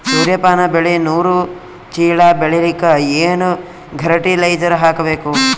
ಸೂರ್ಯಪಾನ ಬೆಳಿ ನೂರು ಚೀಳ ಬೆಳೆಲಿಕ ಏನ ಫರಟಿಲೈಜರ ಹಾಕಬೇಕು?